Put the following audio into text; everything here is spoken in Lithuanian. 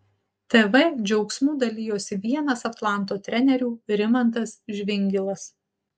tv džiaugsmu dalijosi vienas atlanto trenerių rimantas žvingilas